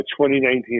2019